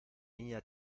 niña